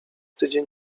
tydzień